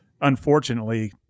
unfortunately